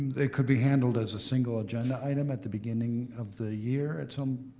they could be handled as a single agenda item at the beginning of the year at some